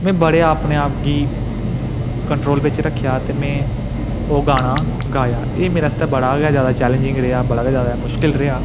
में बड़े अपने आप गी कंट्रोल बिच रक्खेआ ते में ओह् गाना गाया एह् मेरे आस्तै बड़ा गै जैदा चैलैंजिंग रेहा बड़ा गै जैदा मुश्कल रेहा